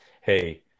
Hey